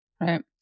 Right